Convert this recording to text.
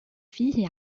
فيه